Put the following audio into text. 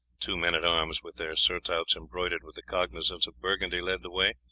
two men-at-arms with their surtouts embroidered with the cognizance of burgundy led the way,